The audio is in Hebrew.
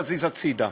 להזיז הצדה.